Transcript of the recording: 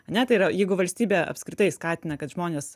ane tai yra jeigu valstybė apskritai skatina kad žmonės